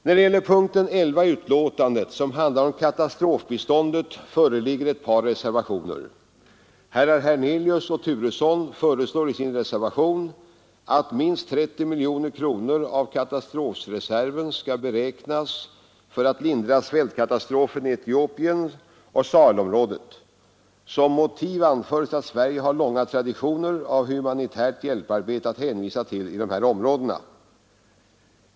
När det gäller punkten 11, som handlar om katastrofbiståndet, föreligger ett par reservationer. Herrar Hernelius och Turesson föreslår i sin reservation att minst 30 miljoner kronor av katastrofsreserven skall beräknas för att lindra svältkatastrofen i Etiopien och Sahelområdet. Som motiv anförs att Sverige har långa traditioner av humanitärt hjälparbete att hänvisa till i dessa områden.